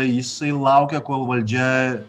jisai laukia kol valdžia